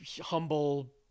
humble